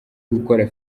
gukora